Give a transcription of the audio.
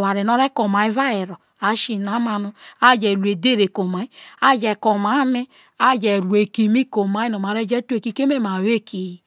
a ke omia ame edhere gbe iki keme ma wo iki hi